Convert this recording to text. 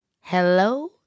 Hello